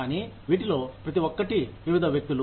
కానీ వీటిలో ప్రతి ఒక్కటి వివిధ వ్యక్తులు